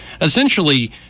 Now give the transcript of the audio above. essentially